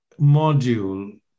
module